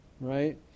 right